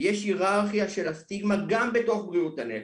של הסטיגמה גם בתוך בריאות הנפש.